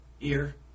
ear